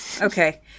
okay